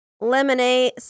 lemonade